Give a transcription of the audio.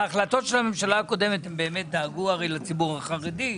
ההחלטות של הממשלה הקודמת הם באמת דאגו הרי לציבור החרדי,